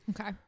Okay